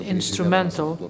instrumental